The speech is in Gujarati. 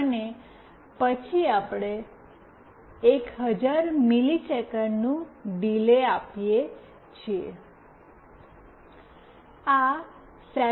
અને પછી આપણે 100 મિલિસેકંડનું ડીલે આપીએ છે